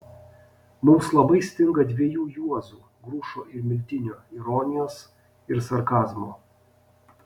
mums labai stinga dviejų juozų grušo ir miltinio ironijos ir sarkazmo